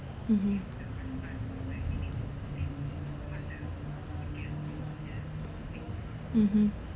mmhmm mmhmm